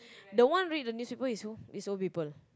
the one read the newspaper is who is old people